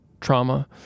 trauma